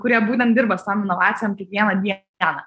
kurie būtent dirba su tom inovacijom kiekvieną dieną